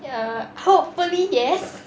ya hopefully yes